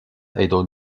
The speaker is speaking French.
haydon